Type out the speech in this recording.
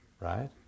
right